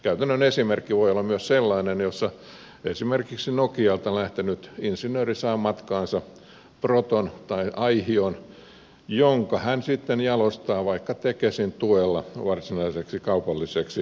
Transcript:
käytännön esimerkki voi olla myös sellainen jossa esimerkiksi nokialta lähtenyt insinööri saa matkaansa proton tai aihion jonka hän sitten jalostaa vaikka tekesin tuella varsinaiseksi kaupalliseksi tuotteeksi